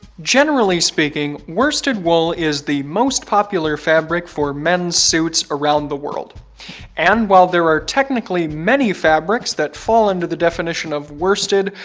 generally speaking, worsted wool is the most popular fabric for men's suits around the world and while there are technically many fabrics that fall into the definition of worsted,